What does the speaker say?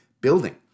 building